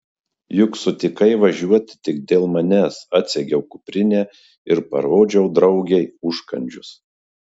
juk sutikai važiuoti tik dėl manęs atsegiau kuprinę ir parodžiau draugei užkandžius